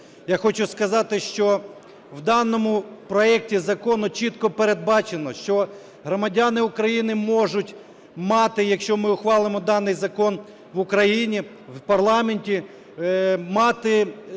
Я хочу сказати, що в даному проекті закону чітко передбачено, що громадяни України можуть мати, якщо ми ухвалимо даний закон в Україні, в парламенті, мати